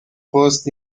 first